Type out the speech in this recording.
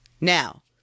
Now